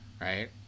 right